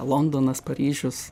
londonas paryžius